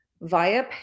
via